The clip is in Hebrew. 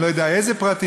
אני לא יודע איזה פרטים.